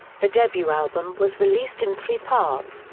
the debut album was released in three parts,